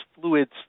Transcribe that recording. fluids